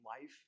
life